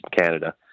Canada